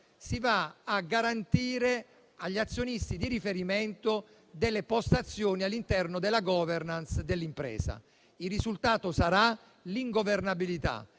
si vanno a garantire agli azionisti di riferimento delle postazioni all'interno della *governance* dell'impresa. Il risultato sarà l'ingovernabilità.